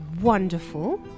wonderful